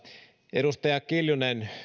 edustaja kiljunen